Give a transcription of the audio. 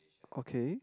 okay